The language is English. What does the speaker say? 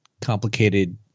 complicated